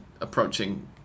approaching